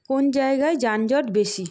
কোন জায়গায় যানজট বেশি